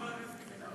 חבר הכנסת מיקי זוהר.